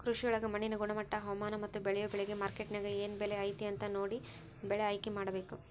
ಕೃಷಿಯೊಳಗ ಮಣ್ಣಿನ ಗುಣಮಟ್ಟ, ಹವಾಮಾನ, ಮತ್ತ ಬೇಳಿಯೊ ಬೆಳಿಗೆ ಮಾರ್ಕೆಟ್ನ್ಯಾಗ ಏನ್ ಬೆಲೆ ಐತಿ ಅಂತ ನೋಡಿ ಬೆಳೆ ಆಯ್ಕೆಮಾಡಬೇಕು